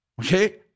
Okay